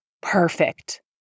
perfect